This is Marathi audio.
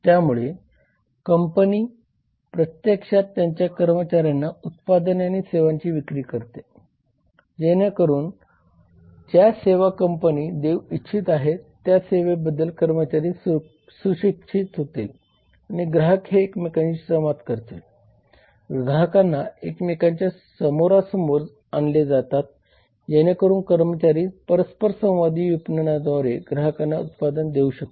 त्यामुळे कंपनी प्रत्यक्षात त्याच्या कर्मचाऱ्यांना उत्पादने आणि सेवांची विक्री करते जेणेकरून ज्या सेवा कंपनी देऊ इच्छित आहे त्या सेवेबद्दल कर्मचारी सुशिक्षित होतील आणि ग्राहक हे एकमेकांशी संवाद करतील ग्राहकांना एकमेकांच्या समोरासमोर आणले जातात जेणेकरून कर्मचारी परस्परसंवादी विपणनाद्वारे ग्राहकांना उत्पादन देऊ शकतील